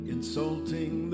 Insulting